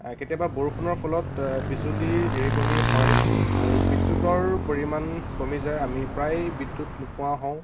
কেতিয়াবা বৰষুণৰ ফলত বিজুলী ঢেৰেকণী হয় আৰু বিদ্যুতৰ পৰিমাণ কমি যায় আমি প্ৰায় বিদ্যুৎ নোপোৱা হওঁ